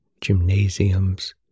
gymnasiums